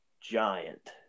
Giant